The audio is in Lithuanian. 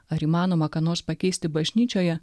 ar įmanoma ką nors pakeisti bažnyčioje